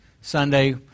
Sunday